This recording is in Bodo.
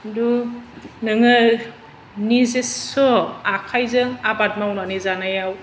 खिन्थु नोङो निजेसस' आखाइजों आबाद मावनानै जानायाव